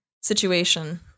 situation